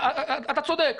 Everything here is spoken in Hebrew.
אתה צודק,